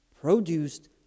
produced